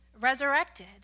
resurrected